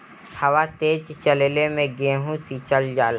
हवा तेज चलले मै गेहू सिचल जाला?